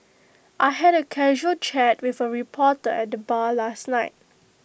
I had A casual chat with A reporter at the bar last night